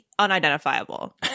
unidentifiable